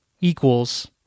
equals